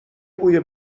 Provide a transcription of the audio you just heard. بوی